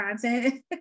content